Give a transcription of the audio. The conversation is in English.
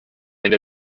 and